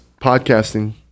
podcasting